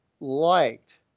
liked